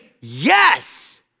yes